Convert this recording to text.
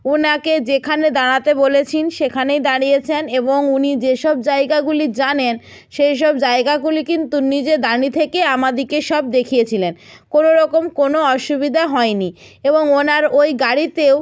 ওনাকে যেখানে দাঁড়াতে বলেছি সেখানেই দাঁড়িয়েছেন এবং উনি যে সব জায়গাগুলি জানেন সেই সব জায়গাগুলি কিন্তু নিজে দাঁড়িয়ে থেকে আমাদেরকে সব দেখিয়েছিলেন কোনো রকম কোনো অসুবিধা হয়নি এবং ওনার ওই গাড়িতেও